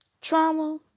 Trauma